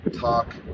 talk